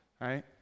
right